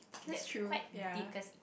that's quite deep cause